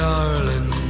Darling